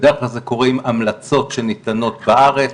בדרך כלל זה קורה עם המלצות שניתנות בארץ,